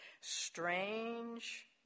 Strange